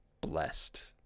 blessed